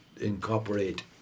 incorporate